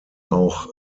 auch